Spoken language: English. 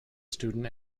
student